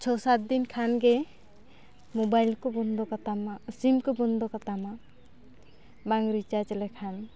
ᱪᱷᱚ ᱥᱟᱛ ᱫᱤᱱ ᱠᱷᱟᱱ ᱜᱮ ᱢᱚᱵᱟᱭᱤᱞ ᱠᱚ ᱵᱚᱱᱫᱚ ᱠᱟᱛᱟᱢᱟ ᱥᱤᱢ ᱠᱚ ᱵᱚᱱᱫᱚ ᱠᱟᱛᱟᱢᱟ ᱵᱟᱝ ᱨᱤᱪᱟᱨᱡᱽ ᱞᱮᱠᱷᱟᱱ